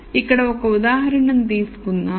కాబట్టి ఇక్కడ ఒక ఉదాహరణ తీసుకుందాం